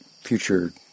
future